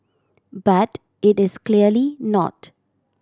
but it is clearly not